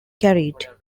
carried